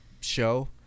show